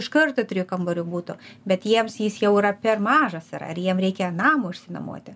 iš karto trijų kambarių butą bet jiems jis jau yra per mažas yra ir jiem reikia namo išsinuomoti